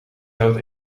zout